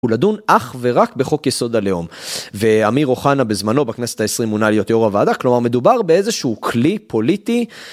ולדון אך ורק בחוק יסוד הלאום ואמיר אוחנה בזמנו בכנסת העשרים מונה להיות יו"ר הוועדה, כלומר מדובר באיזשהו כלי פוליטי...